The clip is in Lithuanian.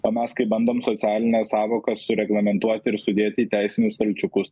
o mes kai bandom socialines sąvokas sureglamentuoti ir sudėti į teisinius stalčiukus